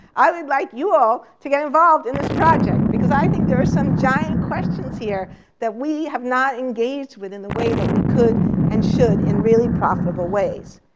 i would like you all to get involved in this project because i think there are some giant questions here that we have not engaged with in the way that we could and should in really profitable ways.